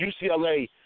UCLA